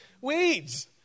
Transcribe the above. Weeds